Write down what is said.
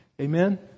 Amen